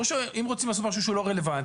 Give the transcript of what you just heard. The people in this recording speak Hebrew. אם רוצים לעשות משהו שהוא לא רלוונטי,